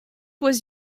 was